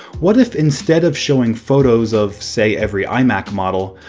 what if instead of showing photos of, say, every imac model,